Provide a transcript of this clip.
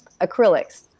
acrylics